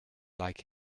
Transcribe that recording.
like